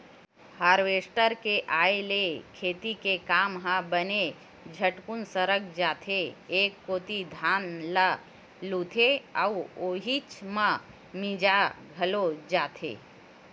harvester के आय ले खेती के काम ह बने झटकुन सरक जाथे एक कोती धान ल लुथे अउ उहीच म मिंजा घलो जथे